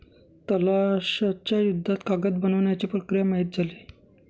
तलाश च्या युद्धात कागद बनवण्याची प्रक्रिया माहित झाली